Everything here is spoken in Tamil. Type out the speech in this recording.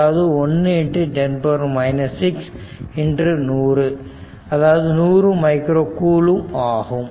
அதாவது 1 10 6 100 அதாவது 100 மைக்ரோ கூலும்ப் ஆகும்